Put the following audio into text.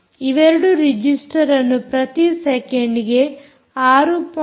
ಇವೆರಡು ರಿಜಿಸ್ಟರ್ ಅನ್ನು ಪ್ರತಿ ಸೆಕೆಂಡ್ಗೆ 6